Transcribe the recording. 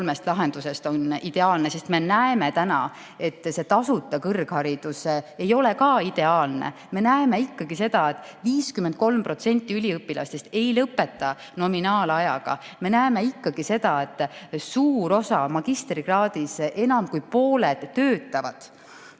on ideaalne, sest me näeme täna, et ka tasuta kõrgharidus ei ole ideaalne. Me näeme ikkagi seda, et 53% üliõpilastest ei lõpeta nominaalajaga. Me näeme seda, et suur osa magistrikraadi omandajatest, enam kui pooled, töötavad.